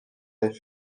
les